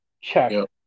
Check